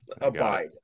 abide